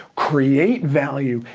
create value,